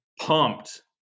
pumped